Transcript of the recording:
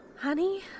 Honey